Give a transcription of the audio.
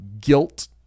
guilt